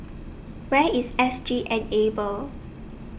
Where IS S G Enable